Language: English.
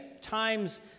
times